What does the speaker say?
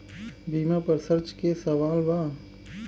बीमा पर चर्चा के सवाल बा?